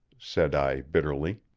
said i bitterly.